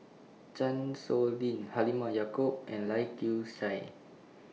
Chan Sow Lin Halimah Yacob and Lai Kew Chai